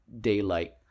daylight